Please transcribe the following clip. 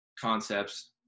concepts